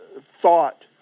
thought